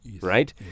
Right